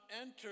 enter